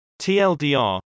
TLDR